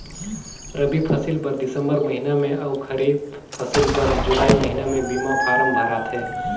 रबी फसिल बर दिसंबर महिना में अउ खरीब फसिल बर जुलाई महिना में बीमा फारम भराथे